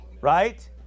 right